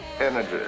energy